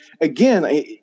again